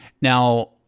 Now